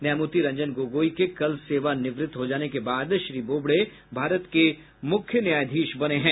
न्यायमूर्ति रंजन गोगोई के कल सेवानिवृत्त हो जाने के बाद श्री बोबड़े भारत के प्रधान न्यायाधीश बने हैं